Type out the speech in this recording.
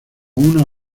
una